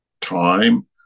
time